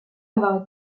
avoir